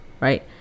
right